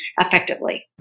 effectively